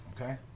okay